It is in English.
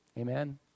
amen